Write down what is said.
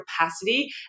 capacity